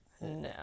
No